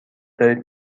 دارید